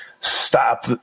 stop